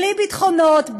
בלי ביטחונות,